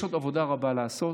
יש עוד עבודה רבה לעשות,